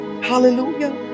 Hallelujah